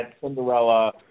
Cinderella